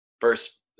first –